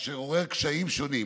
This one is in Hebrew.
אשר עורר קשיים שונים.